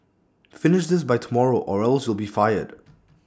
finish this by tomorrow or else you'll be fired